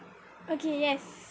okay yes